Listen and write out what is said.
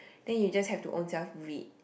then you just have to own self read